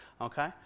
Okay